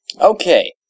Okay